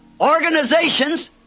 organizations